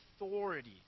authority